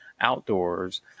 outdoors